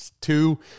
two